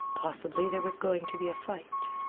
possibly there was going to be a fight.